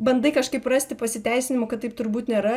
bandai kažkaip rasti pasiteisinimų kad taip turbūt nėra